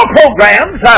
programs